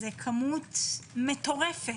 זו כמות מטורפת.